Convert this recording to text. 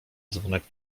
dzwonek